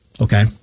okay